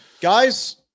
Guys